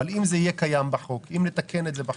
אבל אם נתקן את זה בחוק?